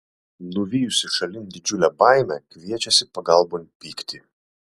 nuvijusi šalin didžiulę baimę kviečiasi pagalbon pyktį